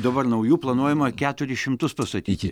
dabar naujų planuojama keturis šimtus pastatyti